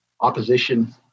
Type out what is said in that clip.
opposition